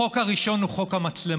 החוק הראשון הוא חוק המצלמות,